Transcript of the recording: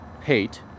Hate